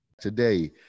Today